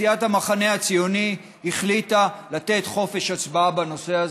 סיעת המחנה הציוני החליטה לתת חופש הצבעה בנושא הזה.